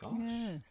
Yes